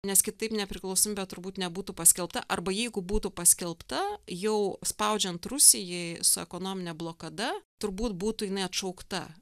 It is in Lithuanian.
nes kitaip nepriklausomybė turbūt nebūtų paskelbta arba jeigu būtų paskelbta jau spaudžiant rusijai su ekonomine blokada turbūt būtų jinai atšaukta